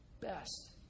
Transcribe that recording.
best